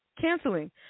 canceling